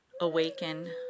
awaken